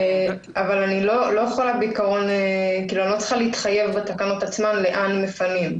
אני לא צריכה להתחייב בתקנות עצמן לאן מפנים.